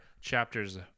chapters